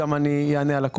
אני אענה.